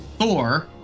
Thor